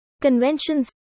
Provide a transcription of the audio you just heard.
Conventions